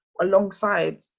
alongside